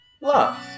love